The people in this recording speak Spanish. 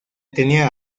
tenía